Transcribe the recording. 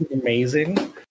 amazing